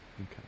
Okay